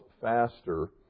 faster